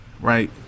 right